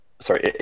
sorry